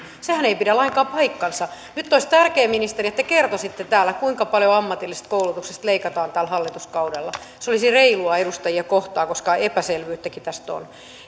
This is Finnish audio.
sehän ei pidä lainkaan paikkaansa nyt olisi tärkeää ministeri että te kertoisitte täällä kuinka paljon ammatillisesta koulutuksesta leikataan tällä hallituskaudella se olisi reilua edustajia kohtaan koska epäselvyyttäkin tästä on